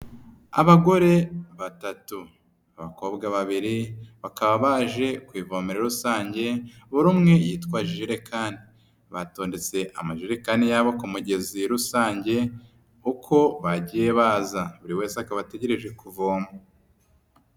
Abagore batatu, abakobwa babiri, bakaba baje ku ivomero rusange buri umwe yitwaje ijerekani, batondetse amajerekani yabo ku mugezi rusange uko bagiye baza. buri wese akaba ategereje kuvoma.